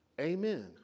Amen